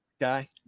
guy